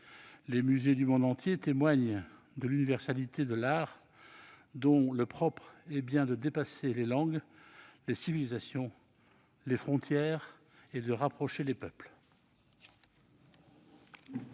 Les musées du monde entier témoignent de l'universalité de l'art, dont le propre est bien de dépasser les langues, les civilisations, les frontières, et de rapprocher les peuples.